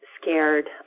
scared